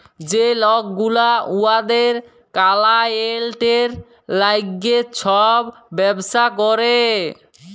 যে লক গুলা উয়াদের কালাইয়েল্টের ল্যাইগে ছব ব্যবসা ক্যরে